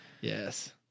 Yes